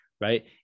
Right